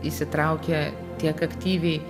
įsitraukė tiek aktyviai